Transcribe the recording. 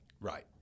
Right